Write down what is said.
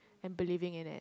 and believing in it